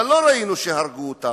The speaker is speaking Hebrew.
אבל לא ראינו שהרגו אותם,